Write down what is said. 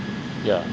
yeah